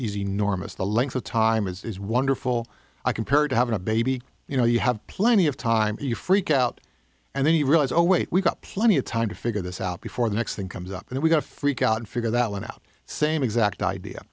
easy norma's the length of time is wonderful i compared to having a baby you know you have plenty of time you freak out and then you realize oh wait we've got plenty of time to figure this out before the next thing comes up and we got to freak out and figure that one out same exact idea